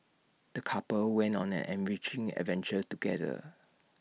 the couple went on an enriching adventure together